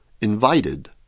Invited